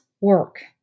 work